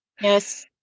Yes